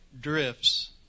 drifts